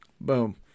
Boom